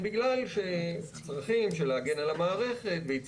אפשר לתקן אותו די בקלות ולוותר על כל המנגנון של מצב הביניים וכל